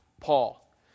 Paul